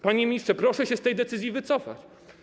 Panie ministrze, proszę się z tej decyzji wycofać.